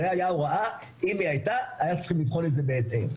אם זו היתה ההוראה היה צריך לבחון את זה בהתאם.